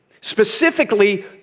Specifically